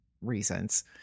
reasons